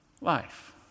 life